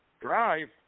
drive